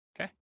Okay